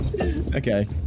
Okay